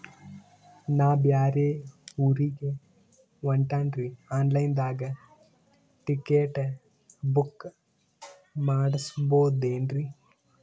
ನಾ ಬ್ಯಾರೆ ಊರಿಗೆ ಹೊಂಟಿನ್ರಿ ಆನ್ ಲೈನ್ ದಾಗ ಟಿಕೆಟ ಬುಕ್ಕ ಮಾಡಸ್ಬೋದೇನ್ರಿ?